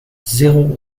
zéro